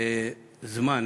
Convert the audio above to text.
בזמן,